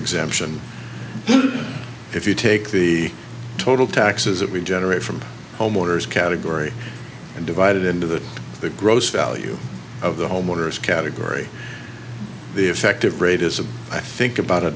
exemption if you take the total taxes that we generate from homeowners category and divide it into the the gross value of the homeowners category the effective rate is of i think about a